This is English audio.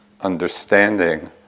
understanding